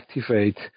activate